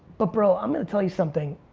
but bro, i'm gonna tell you something.